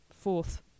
Fourth